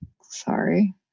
Sorry